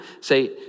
say